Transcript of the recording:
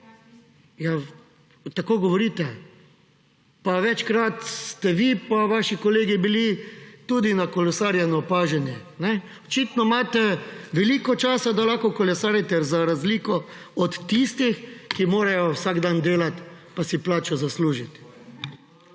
tako govorite. Pa večkrat ste vi in vaši kolegi bili tudi na kolesarjenju opaženi. Očitno imate veliko časa, da lahko kolesarite, za razliko od tistih, ki morajo vsak dan delati, pa si plačo zaslužiti.